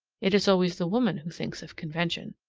it is always the woman who thinks of convention.